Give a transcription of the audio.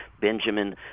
Benjamin